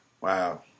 Wow